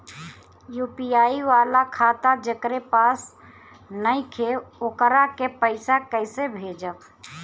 UPI वाला खाता जेकरा पास नईखे वोकरा के पईसा कैसे भेजब?